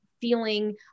feeling